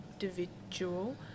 individual